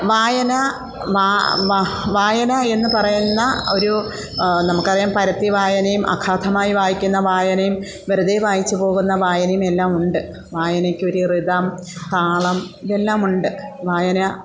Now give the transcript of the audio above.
വായന വായന എന്ന് പറയുന്ന ഒരു നമുക്ക് അറിയാം പരത്തി വായനയും അഗാധമായി വായിക്കുന്ന വായനയും വെറുതെ വായിച്ചു പോകുന്ന വായനയും എല്ലാം ഉണ്ട് വായനയ്ക്ക് ഒരു റിഥം താളം ഇതെല്ലാമുണ്ട് വായന